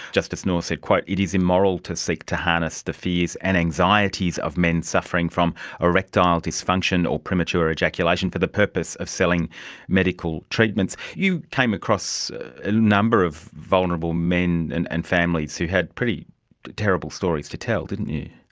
justice north said, it is immoral to seek to harness of the fears and anxieties of men suffering from erectile dysfunction or premature ejaculation for the purpose of selling medical treatments. you came across a number of vulnerable men and and families who had pretty terrible stories to tell, didn't you.